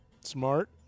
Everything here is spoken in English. Smart